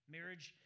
Marriage